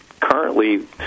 currently